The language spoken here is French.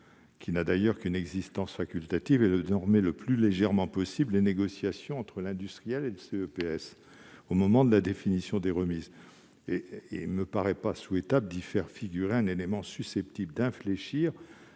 qui n'a d'ailleurs qu'une existence facultative, est de normer le plus légèrement possible les négociations entre l'industriel et le CEPS au moment de la définition des remises. Il ne me paraît pas souhaitable d'y faire figurer un élément susceptible d'infléchir